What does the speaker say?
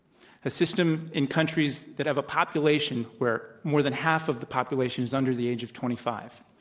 a system in countries that have a population where more than half of the population is under the age of twenty five.